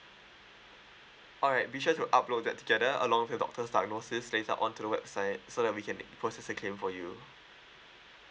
alright be sure to upload that together along with doctor diagnosis later on to the website so that we can process the claim for you